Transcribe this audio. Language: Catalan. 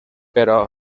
però